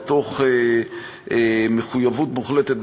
ותוך מחויבות מוחלטת,